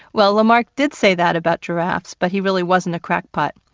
well, lamarck did say that about giraffes, but he really wasn't a crackpot.